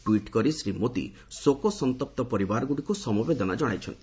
tweet କରି ଶ୍ରୀ ମୋଦି ଶୋକସନ୍ତପ୍ତ ପରିବାରଗୁଡ଼ିକୁ ସମବେଦନା ଜଣାଇଛନ୍ତି